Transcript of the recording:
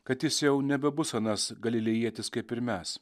kad jis jau nebebus anas galilėjietis kaip ir mes